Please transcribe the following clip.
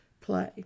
play